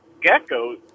Gecko